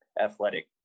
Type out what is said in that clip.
athletic